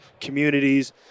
communities